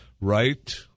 right